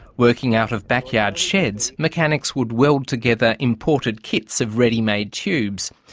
working out of backyard sheds, mechanics would weld together imported kits of ready-made tubes.